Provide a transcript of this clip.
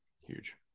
Huge